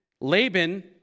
Laban